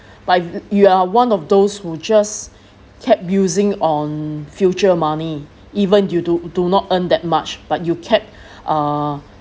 but if you are one of those who just kept using on future money even you do do not earn that much but you kept uh